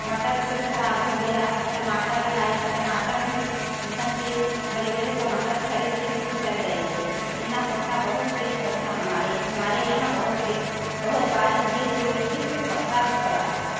मटर कुल ख़राब हो गया था टमाटर लगाए थे टमाटर भी एकदम से कुल बड़े बड़े टमाटर फरे थे कुल झर गए थे इतना पथरा बहुत तेज़ पथरा हमारे यहाँ बहुत तेज़ बहुत बारिश भी हुई थी बहुत पथरा भी पड़ा था